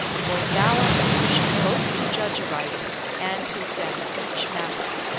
for thou art sufficient both to judge aright and to examine each matter.